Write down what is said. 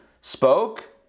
spoke